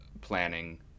planning